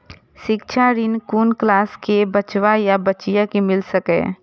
शिक्षा ऋण कुन क्लास कै बचवा या बचिया कै मिल सके यै?